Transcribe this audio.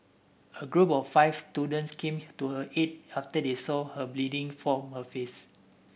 a group of five students came to her aid after they saw her bleeding from her face